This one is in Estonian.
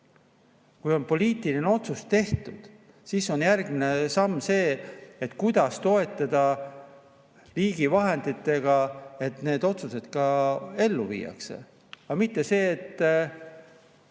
Kui on poliitiline otsus tehtud, siis on järgmine samm see, kuidas toetada riigi vahenditega seda, et need otsused ka ellu viiakse, aga mitte nii, et